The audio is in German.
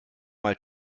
mal